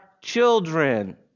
children